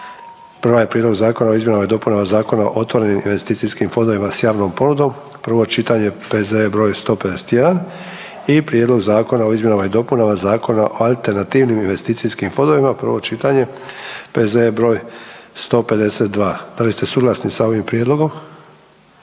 Prva je: - Prijedlog zakona o izmjenama i dopunama Zakona o otvorenim investicijskim fondovima s javnom ponudom, prvo čitanje, P.Z.E. br. 151 i - Prijedlog zakona o izmjenama i dopunama Zakona o alternativnim investicijskim fondovima, prvo čitanje, P.Z.E. br. 152; ¬Da li ste suglasni sa ovim prijedlogom?